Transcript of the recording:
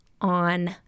on